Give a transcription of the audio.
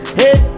hey